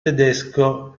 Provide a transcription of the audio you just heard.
tedesco